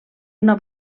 una